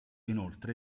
inoltre